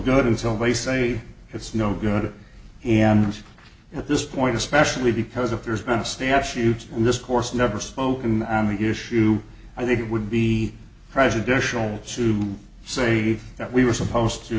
good until they say it's no good and at this point especially because if there's been a statute in this course never spoken on the issue i think it would be prejudicial to say that we were supposed to